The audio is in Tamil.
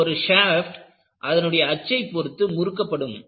இதில் ஒரு ஷாப்ட் அதன் அச்சை பொறுத்து முறுக்கப்படும்